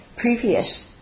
previous